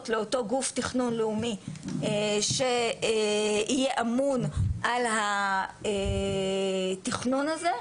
לאותו גוף תכנון לאומי שיהיה אמון על התכנון הזה,